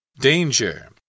Danger